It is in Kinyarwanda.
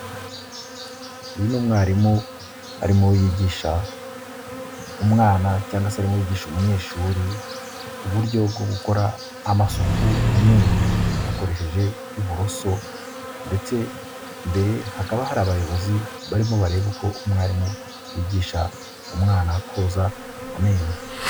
Uyu ni umwarimu arimo yigisha umwana cyangwa se arimo yigisha umunyeshuri uburyo bwo gukora amasuku mu menyo, akoresheje uburoso ndetse Imbere hakaba hari abayobozi barimo barebabe uko umwarimu yigisha umwana koza amenyo.